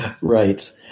Right